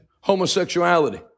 homosexuality